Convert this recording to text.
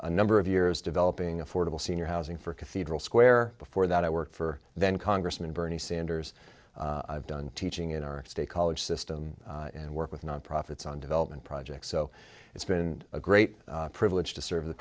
a number of years developing affordable senior housing for cathedral square before that i worked for then congressman bernie sanders i've done teaching in our state college system and work with non profits on development projects so it's been a great privilege to serve the